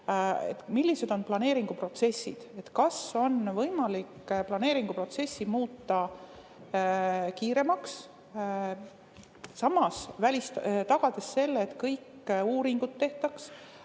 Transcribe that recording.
millised on planeeringuprotsessid. Kas on võimalik planeeringuprotsessi muuta kiiremaks, samas tagades selle, et kõik uuringud ära tehtaks?